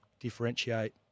differentiate